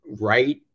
right